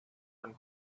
when